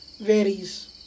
varies